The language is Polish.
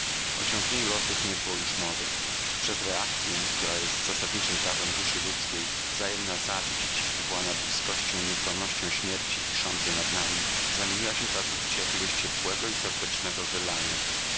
ciągnieniu losów nie było już mowy przez reakcję która jest zasadniczem prawem duszy ludzkiej wzajemna zawiść wywołana blizkością i nieuchronnością śmierci wiszącej nad nami zamieniła się teraz w uczucie jakiegoś ciepła i serdecznego wylania